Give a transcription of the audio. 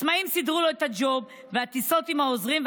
העצמאים סידרו לו את הג'וב והטיסות עם העוזרים,